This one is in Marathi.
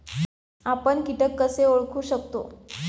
आपण कीटक कसे ओळखू शकतो?